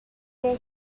your